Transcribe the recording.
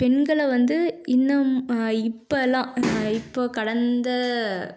பெண்களை வந்து இன்னும் இப்போல்லாம் இப்போ கடந்த